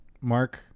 Mark